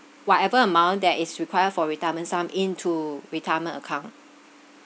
whatever amount that is required for retirement sum into retirement account